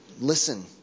listen